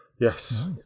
yes